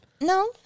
No